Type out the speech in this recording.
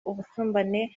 ubusumbane